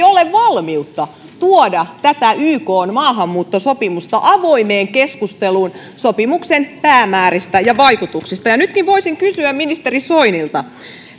ole valmiutta tuoda tätä ykn maahanmuuttosopimusta avoimeen keskusteluun sopimuksen päämääristä ja vaikutuksista ja nyt voisinkin kysyä ministeri soinilta